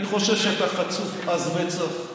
אני חושב שאתה חצוף, עז מצח,